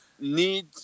need